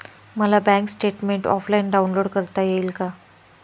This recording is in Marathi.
मला बँक स्टेटमेन्ट ऑफलाईन डाउनलोड करता येईल का?